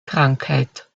krankheit